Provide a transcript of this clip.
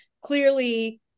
clearly